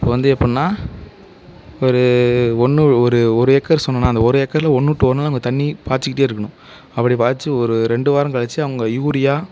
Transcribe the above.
இப்போ வந்து எப்புடின்னா ஒரு ஒன்று ஒரு ஒரு ஏக்கர் சொன்னேனா அந்த ஒரு ஏக்கரில் ஒன்னுவிட்டு ஒருநாள் நம்ம தண்ணி பாய்ச்சிக்கிட்டே இருக்கணும் அப்படி பாய்ச்சி ஒரு ரெண்டு வாரம் கழித்து அவங்க யூரியா